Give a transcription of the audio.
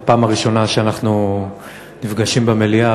זאת הפעם הראשונה שאנחנו נפגשים במליאה,